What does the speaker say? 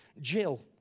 Jill